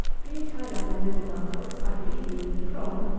being tied up in little bundles, i could easily, with a prong,